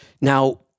Now